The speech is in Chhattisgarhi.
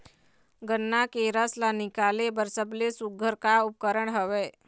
गन्ना के रस ला निकाले बर सबले सुघ्घर का उपकरण हवए?